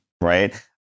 Right